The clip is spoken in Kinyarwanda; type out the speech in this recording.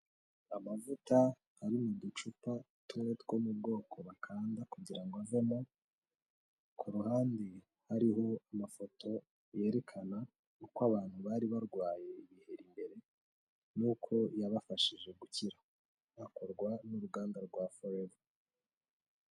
Amavuta ari mu ducupa tumwe two mu bwoko bakanda kugira ngo avemo, ku ruhande hariho amafoto yerekana uko abantu bari barwaye ibihe imberi mbere, nuko yabafashije gukira, akorwa n'uruganda rwa Forever.